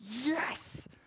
yes